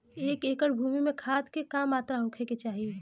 एक एकड़ भूमि में खाद के का मात्रा का होखे के चाही?